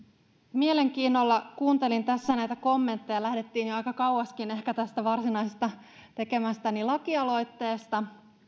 mielenkiinnolla kuuntelin tässä näitä kommentteja lähdettiin jo aika kauaskin ehkä tästä varsinaisesta tekemästäni lakialoitteesta